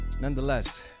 Nonetheless